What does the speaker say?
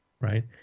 right